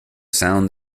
sound